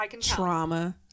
trauma